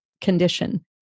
condition